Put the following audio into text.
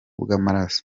bw’amaraso